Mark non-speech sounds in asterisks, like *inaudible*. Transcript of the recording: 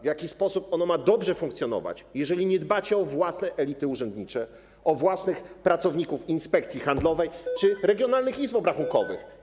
W jaki sposób ono ma dobrze funkcjonować, jeżeli nie dbacie o własne elity urzędnicze, o własnych pracowników inspekcji handlowej *noise* czy regionalnych izb obrachunkowych?